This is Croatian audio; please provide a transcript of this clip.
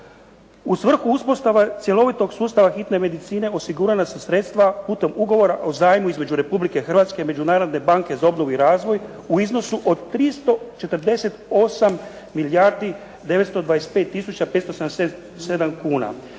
U svrhu uspostave cjelovitog sustava hitne medicine osigurana su sredstva putem ugovora o zajmu između Republike Hrvatske i Međunarodne banke za obnovu i razvoj u iznosu od 348 milijardi 925 tisuća 577 kuna.